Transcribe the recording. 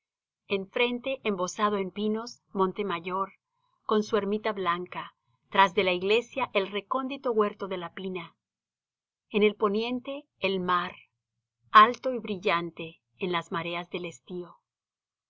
izquierda enfrente embozado en pinos montemayor con su ermita blanca tras de la iglesia el recóndito huerto de la pina en el poniente el mar alto y brillante en las mareas del estío